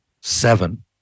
seven